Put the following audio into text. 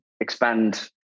expand